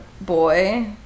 boy